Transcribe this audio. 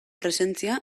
presentzia